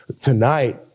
Tonight